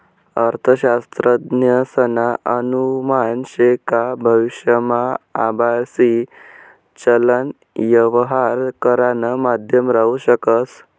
अर्थशास्त्रज्ञसना अनुमान शे का भविष्यमा आभासी चलन यवहार करानं माध्यम राहू शकस